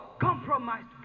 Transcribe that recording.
compromised